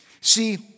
See